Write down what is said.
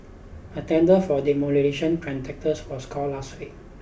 a tender for demolition contractors was called last week